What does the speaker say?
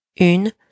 une